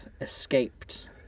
escaped